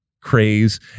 craze